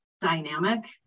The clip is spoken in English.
dynamic